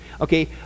okay